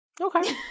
Okay